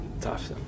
tough